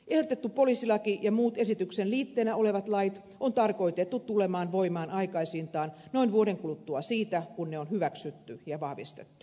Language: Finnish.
ehdotettu poliisilaki ja muut esityksen liitteenä olevat lait on tarkoitettu tulemaan voimaan aikaisintaan noin vuoden kuluttua siitä kun ne on hyväksytty ja vahvistettu